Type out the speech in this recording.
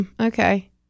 Okay